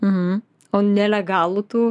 mhm o nelegalų tų